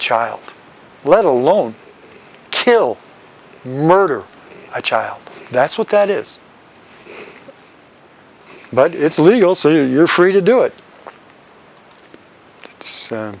child let alone kill murder a child that's what that is but it's legal so you're free to do it